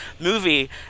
movie